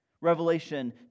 Revelation